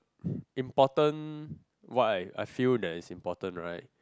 important why I I feel that is important right